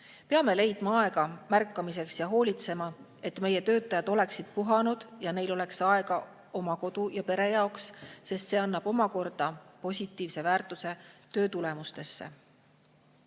Peame leidma aega märkamiseks ja hoolitsema, et meie töötajad oleksid puhanud ning neil oleks aega oma kodu ja pere jaoks, sest see avaldab omakorda positiivset mõju töötulemustele.